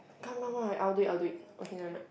come what what I'll do it I'll do it okay never mind